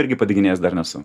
irgi padeginėjęs dar nesu